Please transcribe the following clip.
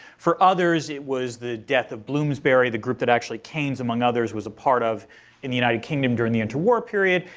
for others, it was the death of bloomsbury, the group that actually keynes, among others, was a part of in the united kingdom during the anti-war period.